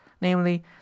namely